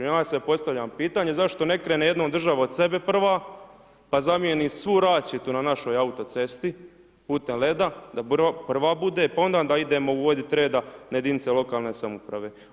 I onda se postavlja pitanje, zašto ne krene jednom država od sebe prva pa zamijeni svu rasvjetu na našoj autocesti putem leda da prva bude, pa onda da idemo uvodit reda na jedinice lokalne samouprave?